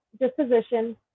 disposition